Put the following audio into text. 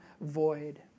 void